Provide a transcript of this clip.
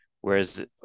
whereas